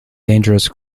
dangerous